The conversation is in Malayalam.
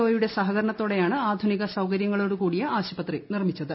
ഒ യുടെ സ്ഹക്രണത്തോടെയാണ് ആധുനിക സൌകര്യങ്ങളോടു കൂടിയ ആശുപ്ത്രി നിർമിച്ചത്